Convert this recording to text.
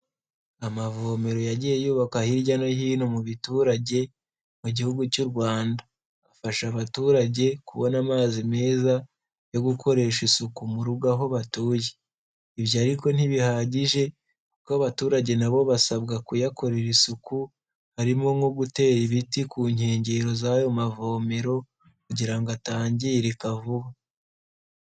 Amavomero yagiye yubakwa hirya no hino mu iturage mu gihugu cy'u Rwanda, afasha abaturage kubona amazi meza yo gukoresha isuku mu rugo aho batuye. Ibyo ariko ntibihagije kuko abaturage na bo basabwa kuyakorera isuku harimo nko gutera ibiti ku nkengero z'ayo mavomero kugira ngo atangirika vuba.